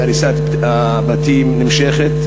והריסת הבתים נמשכת?